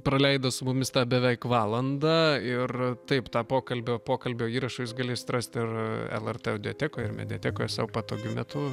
praleido su mumis tą beveik valandą ir taip tą pokalbio pokalbio įrašą jūs galėsit rasti ar lrt audiotekoje ar mediatekoje sau patogiu metu